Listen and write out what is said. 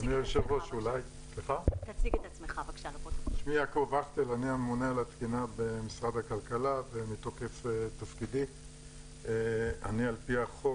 אני הממונה על התקינה במשרד הכלכלה ומתוקף תפקידי אני על פי החוק